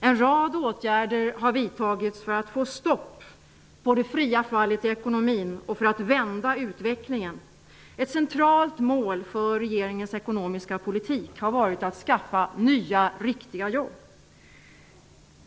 En rad åtgärder har vidtagits för att få stopp på det fria fallet i ekonomin och för att vända utvecklingen. Ett centralt mål för regeringens ekonomiska politik har varit att skaffa nya, riktiga jobb.